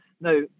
Now